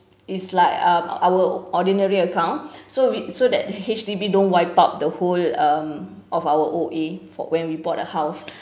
it's like uh our ordinary account so we so that H_D_B don't wipe out the whole um of our O_A for when we bought a house